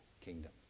kingdom